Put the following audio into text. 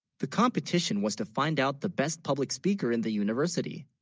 the competition, was to find out the best public speaker in the university